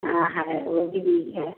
हाँ है वो भी बीज है